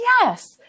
Yes